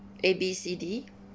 A B C D